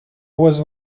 was